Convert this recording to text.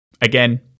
Again